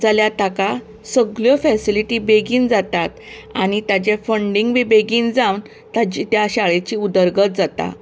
जाल्यार ताका सगल्यो फॅसिलीटी बेगीन जातात आनी ताजे फंडींग बी बेगीन जावन ताजी त्या शाळेची उदरगत जाता